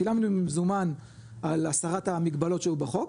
שילמנו במזומן על הסרת המגבלות שהיו בחוק,